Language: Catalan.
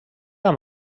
amb